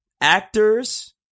Actors